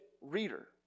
reader